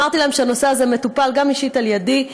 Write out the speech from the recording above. אמרתי להם שהנושא הזה מטופל גם אישית על ידי,